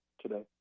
today